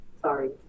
Sorry